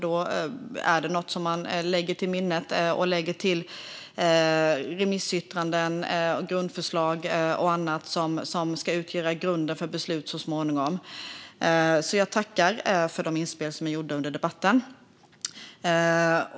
Då är det något man lägger på minnet utöver remissyttranden, grundförslag och annat som ska utgöra grunden för beslut så småningom. Jag tackar för de inspel som är gjorda under debatten.